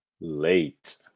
Late